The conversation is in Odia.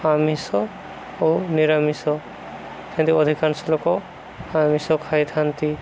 ଆମିଷ ଓ ନିରାମିଷ ଏନ୍ତି ଅଧିକାଂଶ ଲୋକ ଆମିଷ ଖାଇଥାନ୍ତି